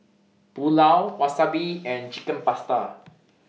Pulao Wasabi and Chicken Pasta